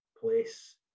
place